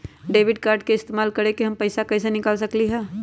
Debit card के इस्तेमाल करके हम पैईसा कईसे निकाल सकलि ह?